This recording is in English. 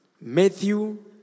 Matthew